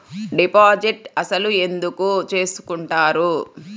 Deposit అసలు ఎందుకు చేసుకుంటారు?